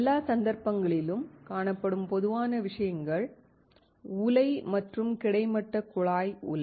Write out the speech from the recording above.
எல்லா சந்தர்ப்பங்களிலும் காணப்படும் பொதுவான விஷயங்கள் உலை மற்றும் கிடைமட்ட குழாய் உலை